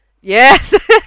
Yes